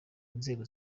nzego